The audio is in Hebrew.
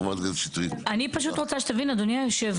אני פשוט רוצה שתבין, אדוני היושב